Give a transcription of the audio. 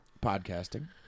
Podcasting